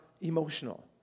emotional